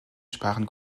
sparen